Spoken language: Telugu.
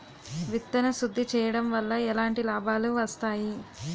విత్తన శుద్ధి చేయడం వల్ల ఎలాంటి లాభాలు వస్తాయి?